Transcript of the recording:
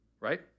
Right